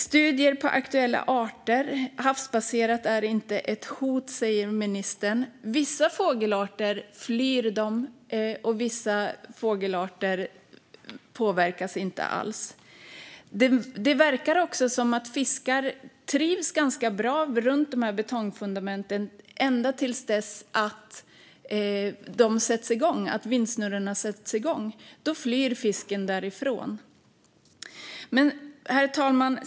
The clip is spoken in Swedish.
Studier på aktuella arter visar att havsbaserat inte är ett hot, säger ministern. Vissa fågelarter flyr vindkraftverken, och vissa påverkas inte alls. Det verkar också som att fisk trivs ganska bra runt betongfundamenten, ända till dess att vindsnurrorna sätts igång. Då flyr fisken därifrån. Herr talman!